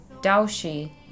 Daoshi